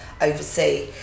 oversee